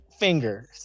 fingers